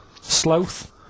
Sloth